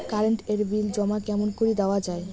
Current এর bill জমা কেমন করি দেওয়া যায়?